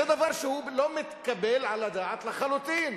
זה דבר שלא מתקבל על הדעת לחלוטין.